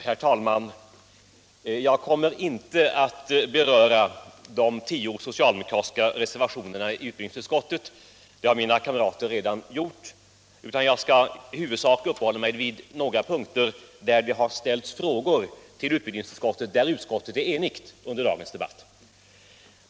Herr talman! Jag kommer inte att beröra de tio socialdemokratiska reservationerna i utbildningsutskottets betänkande — det har mina kamrater redan gjort. Jag skall i huvudsak uppehålla mig vid några punkter där utskottet är enigt och där det har ställts frågor till utskottet under dagens debatt.